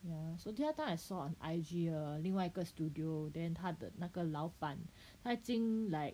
ya so the other time I saw on I_G err 另外一个 studio then 他的那个老板他已经 like